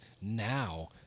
Now